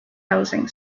housing